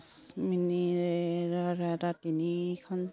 mini এটা তিনিখন